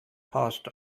passed